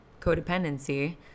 codependency